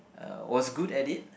uh was good at it